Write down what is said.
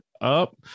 up